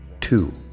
two